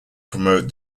promote